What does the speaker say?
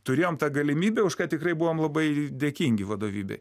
turėjom tą galimybę už ką tikrai buvom labai dėkingi vadovybei